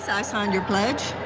i signed your pledge.